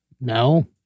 No